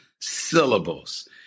syllables